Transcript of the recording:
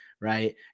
right